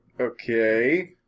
Okay